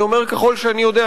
אני אומר: ככל שאני יודע.